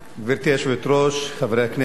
גברתי היושבת-ראש, חברי הכנסת,